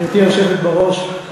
גברתי היושבת בראש,